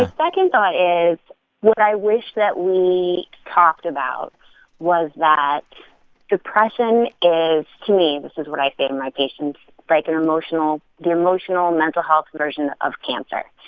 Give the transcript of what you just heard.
ah second thought is what i wish that we talked about was that depression is to me this is what i see in my patients like, an emotional the emotional, mental health version of cancer.